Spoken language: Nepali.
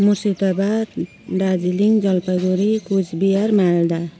मुर्सिदाबाद दार्जिलिङ जलपाइगुडी कुचबिहार मालदा